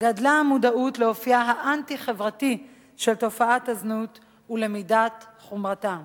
גדלה המודעות לאופיה האנטי-חברתי של תופעת הזנות ולמידת חומרתה,